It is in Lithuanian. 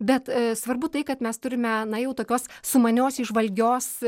bet svarbu tai kad mes turime na jau tokios sumanios įžvalgios